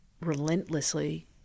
relentlessly